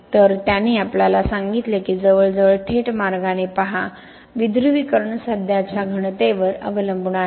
तर त्याने आपल्याला सांगितले की जवळजवळ थेट मार्गाने पहा विध्रुवीकरण सध्याच्या घनतेवर अवलंबून आहे